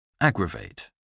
Aggravate